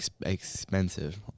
expensive